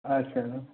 আচ্ছা